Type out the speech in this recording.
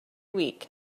week